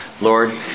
Lord